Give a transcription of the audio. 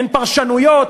אין פרשנויות,